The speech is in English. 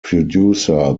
producer